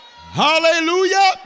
Hallelujah